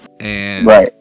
Right